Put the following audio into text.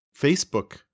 Facebook